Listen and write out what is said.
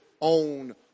own